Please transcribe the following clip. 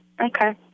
Okay